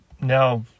now